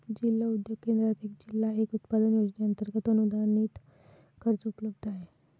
जिल्हा उद्योग केंद्रात एक जिल्हा एक उत्पादन योजनेअंतर्गत अनुदानित कर्ज उपलब्ध आहे